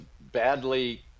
badly